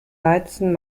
weizen